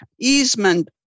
easement